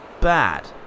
bad